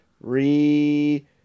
re